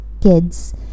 kids